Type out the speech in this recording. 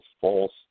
false